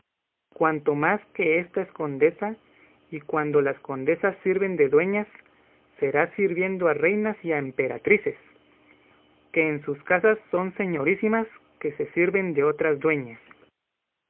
cuanto más que ésta es condesa y cuando las condesas sirven de dueñas será sirviendo a reinas y a emperatrices que en sus casas son señorísimas que se sirven de otras dueñas